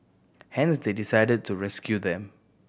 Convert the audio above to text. hence they decided to rescue them